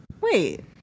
wait